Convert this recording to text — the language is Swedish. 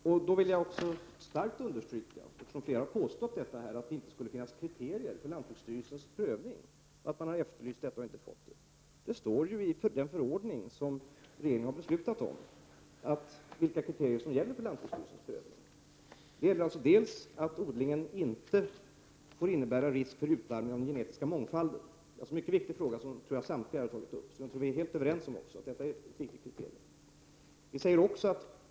Eftersom flera talare här har påstått att det inte skulle finnas kriterier för lantbruksstyrelsens prövning och att man har efterlyst detta men inte fått det, vill jag understryka att det står i den förordning som regeringen har beslutat om vilka kriterier som gäller för lantbruksstyrelsens prövning. Det sägs bl.a. att odlingen inte får innebära risk för utarmning av den genetiska mångfalden. Det är alltså en mycket viktig fråga som jag tror att samtliga talare här har tagit upp och som jag tror att vi är helt överens om.